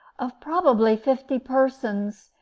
of probably fifty persons,